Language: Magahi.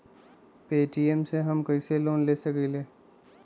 पे.टी.एम से हम कईसे लोन ले सकीले?